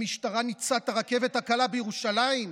המשטרה הציתה את הרכבת הקלה בירושלים?